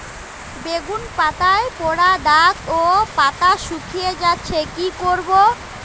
বেগুন পাতায় পড়া দাগ ও পাতা শুকিয়ে যাচ্ছে কি করব?